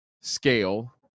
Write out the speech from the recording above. scale